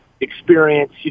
Experience